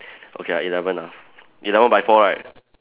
okay ah eleven ah eleven by four right